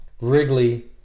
Wrigley